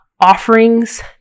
offerings